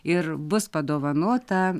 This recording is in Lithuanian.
ir bus padovanota